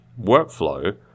workflow